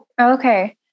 Okay